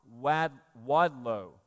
Wadlow